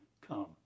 Come